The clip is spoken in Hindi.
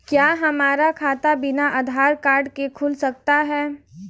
क्या हमारा खाता बिना आधार कार्ड के खुल सकता है?